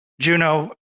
Juno